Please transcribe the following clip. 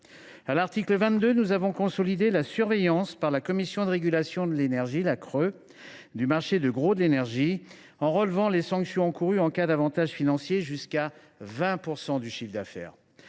À l’article 22, j’ai veillé à consolider la surveillance par la Commission de régulation de l’énergie (CRE) du marché de gros de l’énergie, en relevant les sanctions encourues en cas d’avantage financier à hauteur de 20 % du chiffre d’affaires.